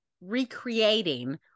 recreating